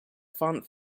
font